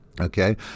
Okay